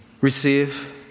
receive